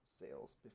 sales